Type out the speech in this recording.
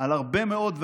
על הרבה מאוד,